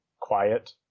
quiet